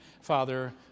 Father